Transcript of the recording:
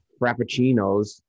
Frappuccinos